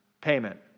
payment